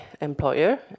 employer